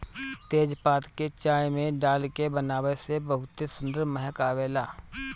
तेजपात के चाय में डाल के बनावे से बहुते सुंदर महक आवेला